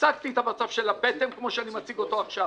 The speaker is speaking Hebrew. הצגתי את המצב של הפטם כמו שאני מציג אותו עכשיו.